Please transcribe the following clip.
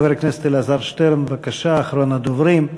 חבר הכנסת אלעזר שטרן, בבקשה, אחרון הדוברים.